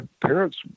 parents